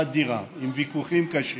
אדירה, עם ויכוחים קשים,